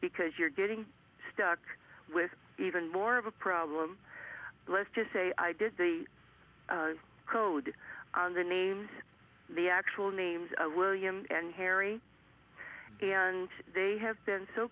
because you're getting stuck with even more of a problem let's just say i did the code on the name of the actual names of william and harry and they have been so